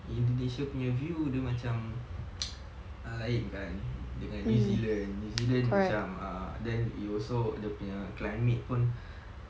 indonesia punya view dia macam lain kan dengan new zealand new zealand macam ah then also dia punya climate pun